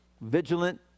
vigilant